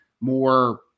more –